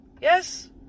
Yes